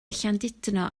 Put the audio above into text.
llandudno